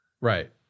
Right